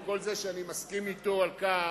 עם כל זה שאני מסכים אתו על כך